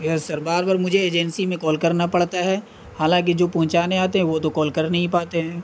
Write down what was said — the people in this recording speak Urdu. یس سر بار بار مجھے ایجنسی میں کال کرنا پڑتا ہے حالانکہ جو پہنچانے آتے ہیں وہ تو کال کر نہیں پاتے ہیں